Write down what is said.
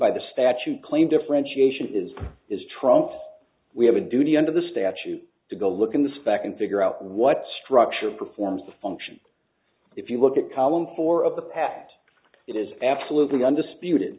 by the statute claim differentiation is is trumped we have a duty under the statute to go look at the spec and figure out what structure performs the function if you look at column four of the past it is absolutely undisputed